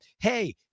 Hey